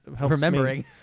remembering